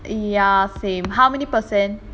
ya same how many percent